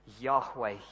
Yahweh